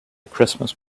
christmas